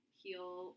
heal